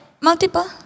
multiple